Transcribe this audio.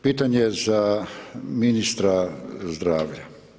Pitanje je za ministra zdravlja.